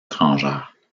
étrangères